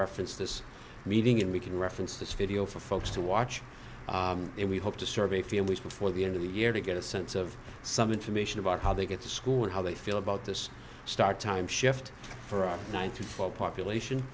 reference this meeting and we can reference the video for folks to watch and we hope to serve a few weeks before the end of the year to get a sense of some information about how they get to school and how they feel about this start time shift for a nine to four population